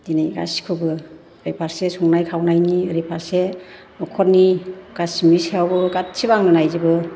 दिनै गासिबखौबो ओरै फारसे संनाय खावनायनि ओरै फारसे नखरनि गासिबोनि सायावबो गासिबो आंनो नायजोबो